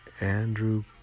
andrew